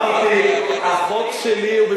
נכון שהוא לא מדבר על ההמנון,